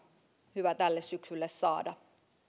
hyvä tälle syksylle saada